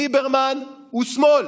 ליברמן הוא שמאל